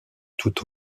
tout